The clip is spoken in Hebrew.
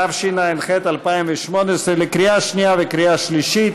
התשע"ח 2018, לקריאה שנייה ולקריאה שלישית.